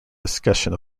discussion